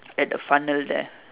at the funnel there